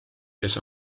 kes